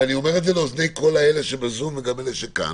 ואני אומר את זה באוזני כל אלה שבזום וגם אלה שכאן,